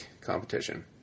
competition